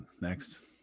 next